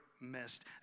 missed